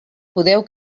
podeu